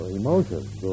emotions